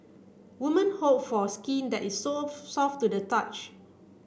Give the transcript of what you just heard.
women hope for skin that is soft to the touch